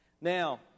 Now